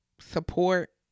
support